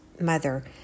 mother